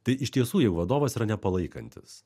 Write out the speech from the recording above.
tai iš tiesų jei vadovas yra nepalaikantis